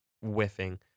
whiffing